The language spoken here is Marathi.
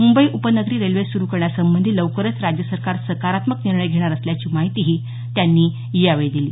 मुंबई उपनगरी रेल्वे सुरु करण्यासंबंधी लवकरच राज्य सरकार सकारात्मक निर्णय घेणार असल्याची माहितीही त्यांनी यावेळी दिली